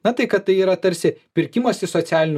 na tai kad tai yra tarsi pirkimas iš socialinių